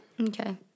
Okay